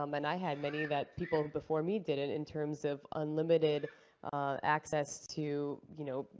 um and i had many that people before me didn't, in terms of unlimited access to, you know,